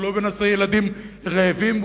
ולא בנושא ילדים רעבים,